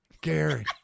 Gary